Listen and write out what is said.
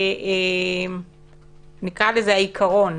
העיקרון